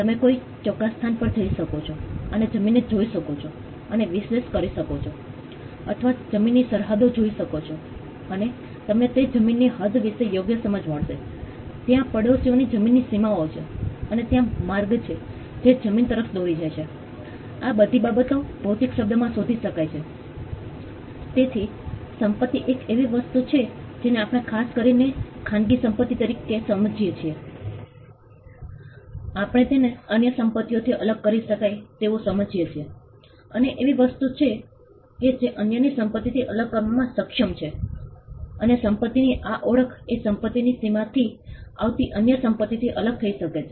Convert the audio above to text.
તમે કોઈ ચોક્કસ સ્થાન પર જઈ શકો છો અને જમીનને જોઈ શકો છો અને વિશ્લેષણ કરી શકો છો અથવા જમીનની સરહદો જોઈ શકો છો અને તમને તે જમીનની હદ વિશે યોગ્ય સમજ મળશે ત્યાં પડોશીઓની જમીનની સીમાઓ છે અને ત્યાં માર્ગ છે જે જમીન તરફ દોરી જાય છે આ બધી બાબતો ભૌતિક શબ્દમાં શોધી શકાય છે તેથી સંપત્તિ એક એવી વસ્તુ છે જેને આપણે ખાસ કરીને ખાનગી સંપતિ તરીકે સમજીએ છીએ આપણે તેને અન્ય સંપતિઓથી અલગ કરી શકાય તેવું સમજીએ છીએ અને એવી વસ્તુ કે જે અન્યની સંપત્તિથી અલગ કરવામાં સક્ષમ છે અને સંપતિની આ ઓળખ એ સંપતિની સીમાથી આવતી અન્ય સંપત્તિથી અલગ થઈ શકે છે